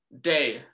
Day